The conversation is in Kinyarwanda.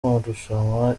amarushanwa